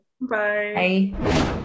Bye